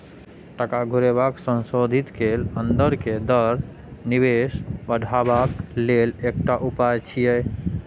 टका घुरेबाक संशोधित कैल अंदर के दर निवेश बढ़ेबाक लेल एकटा उपाय छिएय